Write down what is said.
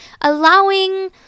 Allowing